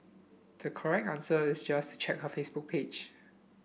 the correct answer is just check her Facebook page